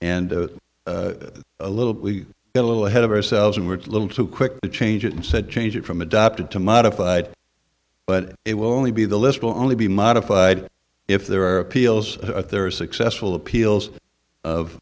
and a little bit a little ahead of ourselves and we're a little too quick to change it and said change it from adopted to modified but it will only be the list will only be modified if there are appeals there are successful appeals of